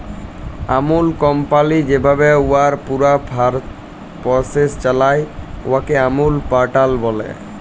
আমূল company যেভাবে উয়ার পুরা পরসেস চালায়, উয়াকে আমূল প্যাটার্ল ব্যলে